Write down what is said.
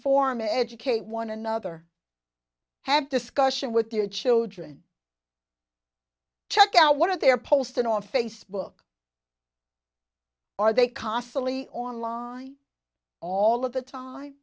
informing educate one another have discussion with their children check out what they're posted on facebook are they constantly on line all of the time